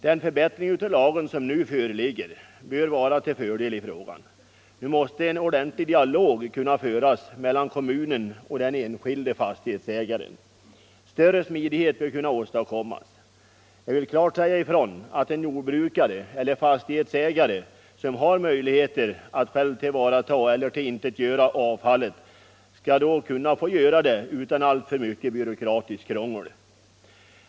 Den förbättring av lagen som nu föreslås bör vara till fördel för verksamheten i fråga. Nu måste en ordentlig dialog kunna föras mellan kommunen och den enskilde fastighetsägaren. Större smidighet bör kunna åstadkommas. Jag vill klart säga ifrån att en jordbrukare eller fastighetsägare, som har möjligheter att själv ta till vara eller tillintetgöra avfallet, skall kunna få göra det utan alltför mycket byråkratiskt krångel.